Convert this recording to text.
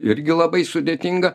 irgi labai sudėtinga